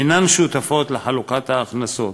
אינן שותפות לחלוקת ההכנסות,